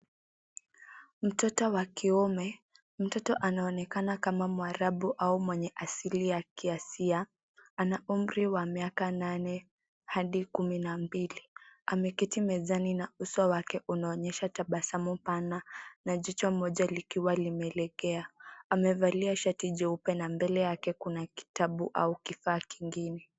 Mtoto wa kiume, mtoto anaonekana kama mwarabu au mwenye asili ya kiasia ,ana umri wa miaka nane Hadi kumi na mbili. Ameketi mezani na uso wake unaonyesha tabasamu pana na Kochi moja likiwa limelegea. Amevalia shati jeupe na mbele yake kuna kitabu au kifaa kingine.